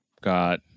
got